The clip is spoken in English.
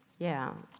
yeah,